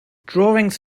drawings